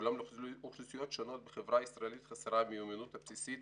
אולם לאוכלוסיות שונות בחברה הישראלית חסרה המיומנות הבסיסית